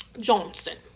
Johnson